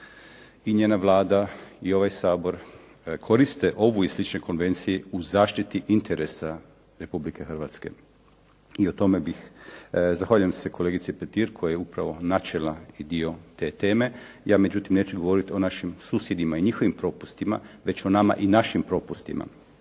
i njena Vlada i ovaj Sabor koriste ovu i slične konvencije u zaštiti interesa Republike Hrvatske. I o tome bih. Zahvaljujem se kolegici Petir koja je upravo načela i dio te teme. Ja međutim neću govoriti o našim susjedima i njihovim propustima, već o nama i našim propustima.